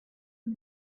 yng